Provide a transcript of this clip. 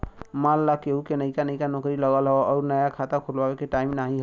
मान ला केहू क नइका नइका नौकरी लगल हौ अउर नया खाता खुल्वावे के टाइम नाही हौ